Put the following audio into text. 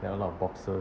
then a lot of boxes